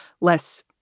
less